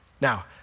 Now